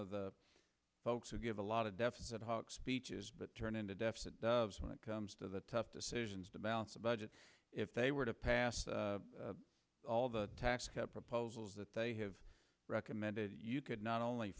of the folks would give a lot of deficit hawks speeches but turn into deficit when it comes to the tough decisions to balance a budget if they were to pass all the tax cut proposals that they have recommended you could not only